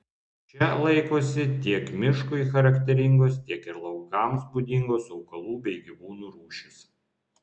čia laikosi tiek miškui charakteringos tiek ir laukams būdingos augalų bei gyvūnų rūšys